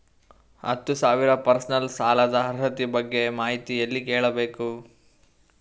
ಹತ್ತು ಸಾವಿರ ಪರ್ಸನಲ್ ಸಾಲದ ಅರ್ಹತಿ ಬಗ್ಗೆ ಮಾಹಿತಿ ಎಲ್ಲ ಕೇಳಬೇಕು?